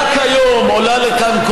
רק היום עולה לכאן,